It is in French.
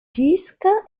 disques